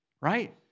right